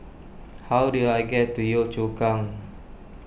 how do I get to Yio Chu Kang